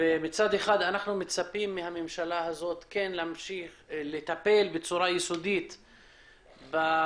מצד אחד אנחנו מצפים מהממשלה הזאת להמשיך לטפל בצורה יסודית בנושא.